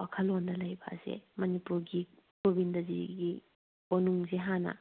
ꯋꯥꯈꯜꯂꯣꯟꯗ ꯂꯩꯕ ꯑꯁꯤ ꯃꯅꯤꯄꯨꯔꯒꯤ ꯒꯣꯕꯤꯟꯗꯖꯤꯒꯤ ꯀꯣꯅꯨꯡꯁꯦ ꯍꯥꯟꯅ